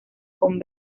con